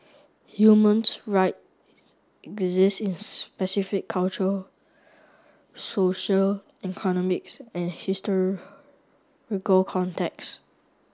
humans right exist in specific cultural social economics and contexts